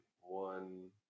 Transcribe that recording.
one